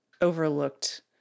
overlooked